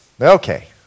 Okay